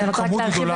כמות גדולה.